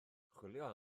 chwilio